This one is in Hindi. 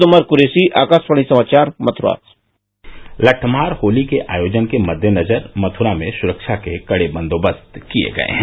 उमर कुरैशी आकाशवाणी समाचार मथुरा लट्ठमार होली के आयोजन के मद्देनजर मथुरा में सुरक्षा के कड़े बंदोबस्त किए गये हैं